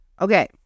Okay